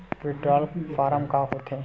withdrawal form का होथेय